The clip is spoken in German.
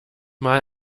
mal